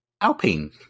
Alpine